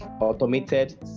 automated